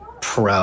pro